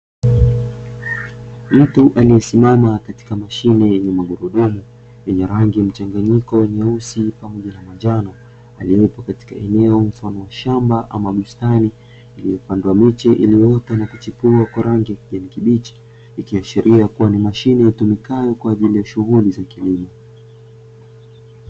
Mtu aliyesimama katika mashine ya magurudumu yenye rangi mchanganyiko nyeusi pamoja na manjano, aliyepo katika eneo mfano wa shamba ama bustani iliyopandwa miche iliyoota na kuchipua kwa rangi ya kibichi, ikiashiria kuwa ni mashine yatumikayo kwa ajili ya shughuli za kilimo.